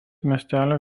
miestelio